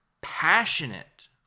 passionate